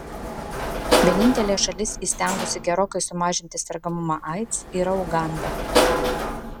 vienintelė šalis įstengusi gerokai sumažinti sergamumą aids yra uganda